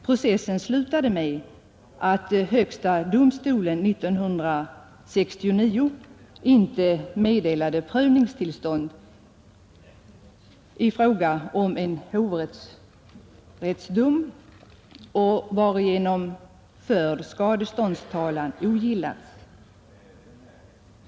Processen slutade med att högsta domstolen 1969 inte meddelade prövningstillstånd i fråga om en hovrättsdom, varigenom förd skadeståndstalan ogillades.